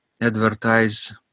advertise